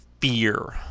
fear